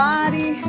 Body